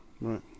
Right